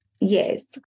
Yes